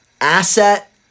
asset